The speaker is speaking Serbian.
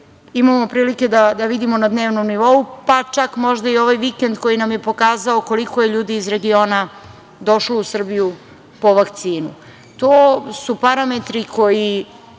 imamo prilike da vidimo na dnevnom nivou, pa čak možda i ovaj vikend koji nam je pokazao koliko je ljudi iz regiona došlo u Srbiju po vakcinu. To su parametri koji